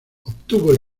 obtuvo